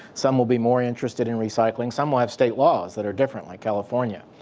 some will be more interested in recycling. some will have state laws that are different. like california.